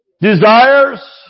Desires